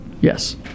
Yes